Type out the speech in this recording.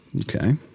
Okay